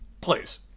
Please